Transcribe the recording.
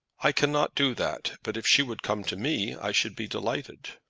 i cannot do that but if she would come to me i should be delighted.